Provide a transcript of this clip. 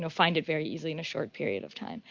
so find it very easy in a short period of time.